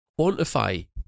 quantify